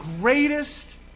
greatest